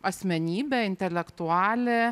asmenybė intelektualė